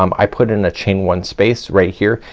um i put in a chain one space right here.